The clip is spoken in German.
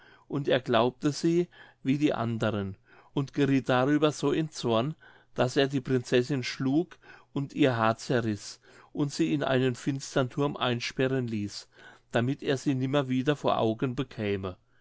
und er glaubte sie wie die andern und gerieth darüber so in zorn daß er die prinzessin schlug und ihr haar zerriß und sie in einen finstern thurm einsperren ließ damit er sie nimmer wieder vor augen bekäme